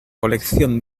colección